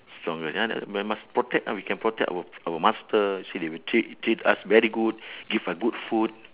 strongest ya but we must protect ah we can protect our our master so they will treat treat us very good give us good food